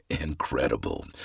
incredible